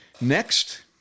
Next